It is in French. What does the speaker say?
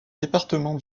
département